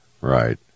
right